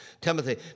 Timothy